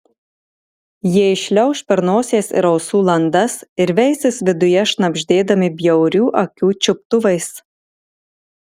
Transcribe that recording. jie įšliauš per nosies ir ausų landas ir veisis viduje šnabždėdami bjaurių akių čiuptuvais